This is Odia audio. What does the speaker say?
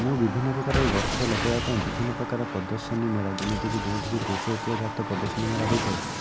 ମୁଁ ବିଭିନ୍ନ ପ୍ରକାର ଗଛ ଲଗାଇବା ପାଇଁ ବିଭିନ୍ନ ପ୍ରକାର ପ୍ରଦର୍ଶନୀ ମେଳା ଯେମିତିକି ଯେଉଁଠିକି କୃଷକ ଜାତୀୟ ପ୍ରଦର୍ଶନୀ ମେଳା ହୋଇଥାଏ